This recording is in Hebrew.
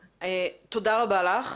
תודה רבה לך.